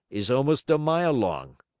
is almost a mile long.